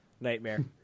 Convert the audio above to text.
Nightmare